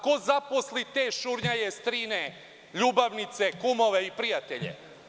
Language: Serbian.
Ko zaposli te šurnjaje, strine, ljubavnice, kumove i prijatelje?